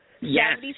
Yes